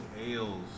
ales